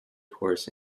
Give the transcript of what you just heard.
horse